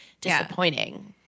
disappointing